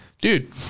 dude